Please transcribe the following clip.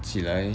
起来